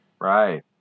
Right